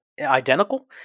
identical